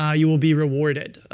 ah you will be rewarded.